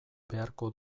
beharko